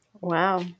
Wow